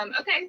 Okay